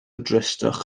dristwch